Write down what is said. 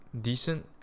decent